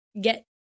get